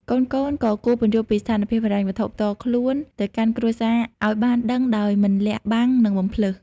កូនៗក៏គួរពន្យល់ពីស្ថានភាពហិរញ្ញវត្ថុផ្ទាល់ខ្លួនទៅកាន់គ្រួសារអោយបានដឹងដោយមិនលាក់បាំង និងបំផ្លើស។